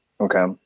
okay